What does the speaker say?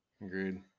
agreed